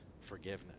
forgiveness